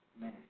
man